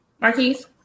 Marquise